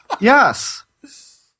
Yes